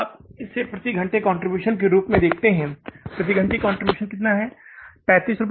तो अब आप इसे प्रति घंटे कंट्रीब्यूशन के रूप में देखते हैं प्रति घंटे कितना कंट्रीब्यूशन है